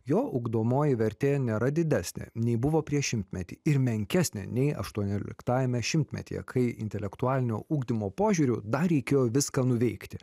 jo ugdomoji vertė nėra didesnė nei buvo prieš šimtmetį ir menkesnė nei aštuonioliktajame šimtmetyje kai intelektualinio ugdymo požiūriu dar reikėjo viską nuveikti